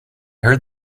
heard